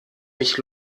mich